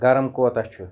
گرم کوتاہ چھُ